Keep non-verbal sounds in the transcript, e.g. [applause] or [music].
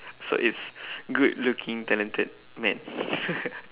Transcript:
so it's good looking talented man [noise]